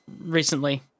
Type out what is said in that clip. recently